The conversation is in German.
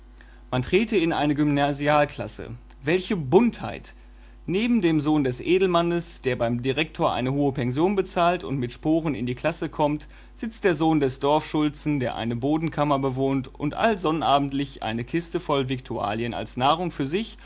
man trete in eine gymnasialklasse welche buntheit neben dem sohn des edelmannes der beim direktor eine hohe pension bezahlt und mit sporen in die klasse kommt sitzt der sohn des dorfschulzen der eine bodenkammer bewohnt und allsonnabendlich eine kiste voll viktualien als nahrung für sich